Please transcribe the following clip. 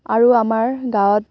আৰু আমাৰ গাঁৱত